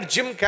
Jim